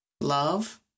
love